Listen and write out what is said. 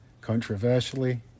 controversially